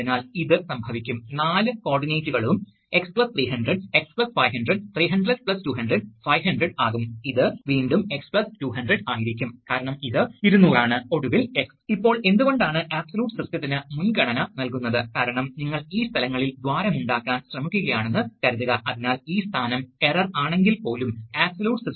അതിനാൽ അത് D to A converter വരെയുള്ള ഔട്ട്പുട്ട് ആണ് ഇവ A ടു D കൺവെർട്ടറുകളാണ് കാരണം ഈ സിഗ്നലുകൾ അനലോഗ് ആണ് അതിനാൽ അവ എ മുതൽ ഡി വരെ പരിവർത്തനം ചെയ്യണം ഇത് ഉദാഹരണമായി നമ്മൾ കാണിച്ചത് എന്തെന്നാൽ ഇത് ഒരു ഒരു ഡിജിറ്റൽ ആയി ഉപയോഗിക്കാൻ കഴിയും എന്ന് മനസ്സിലാക്കാൻ വേണ്ടിയാണ് നമുക്ക് ഇതിനെ ഒരു മൈക്രോപ്രൊസസ്സർ എന്ന് പറയാം